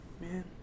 man